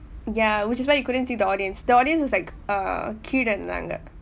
ya which is why you couldn't see the audience the audience is like uh கீழே இருந்தாங்க:kile irunthaanga